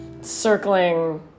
circling